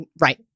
Right